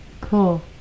cool